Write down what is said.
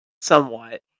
somewhat